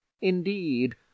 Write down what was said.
Indeed